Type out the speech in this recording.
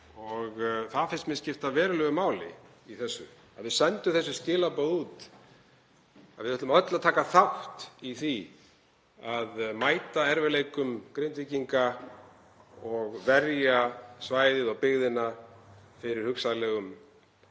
og finnst mér skipta verulegu máli í þessu að við sendum þau skilaboð út að við ætlum öll að taka þátt í því að mæta erfiðleikum Grindvíkinga og verja svæðið og byggðina fyrir hugsanlegum